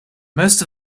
most